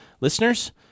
listeners